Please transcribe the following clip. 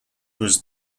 was